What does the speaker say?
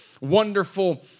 wonderful